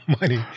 money